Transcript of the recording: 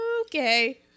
Okay